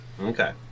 Okay